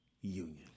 union